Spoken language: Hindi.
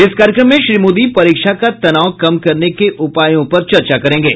इस कार्यक्रम में श्री मोदी परीक्षा का तनाव कम करने के उपायों पर चर्चा करेंगे